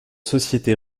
sociétés